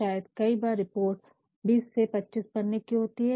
शायद कई बार रिपोर्ट की लम्बाई २० ये २५ पन्ने होती है